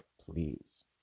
please